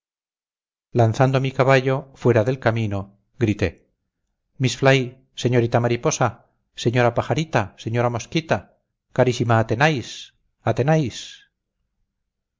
lanzando mi caballo fuera del camino grité miss fly señorita mariposa señora pajarita señora mosquita carísima athenais athenais